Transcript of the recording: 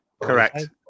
correct